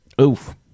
Oof